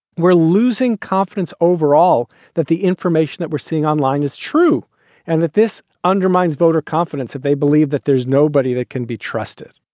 we're losing confidence overall that the information that we're seeing online is true and that this undermines voter confidence if they believe that there's nobody that can be trusted